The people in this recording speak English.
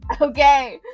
Okay